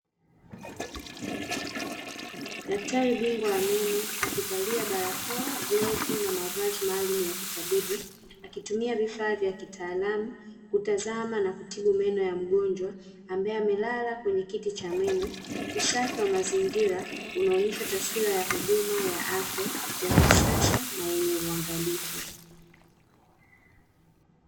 Daktari bingwa wa meno, akivalia barakoa, glavu na mavazi maalumu ya kitabibu, akitumia vifaa vya kitaalamu kutazama na kutibu meno ya mgonjwa, ambaye amelala kwenye kiti cha meno. Usafi wa mazingira unaonyesha taswira ya huduma ya afya ya kisasa na yenye uangalifu.